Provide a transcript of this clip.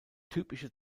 typische